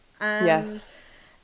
Yes